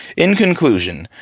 in conclusion.